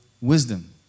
wisdom